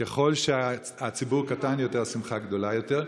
ככל שהציבור קטן יותר השמחה גדולה יותר.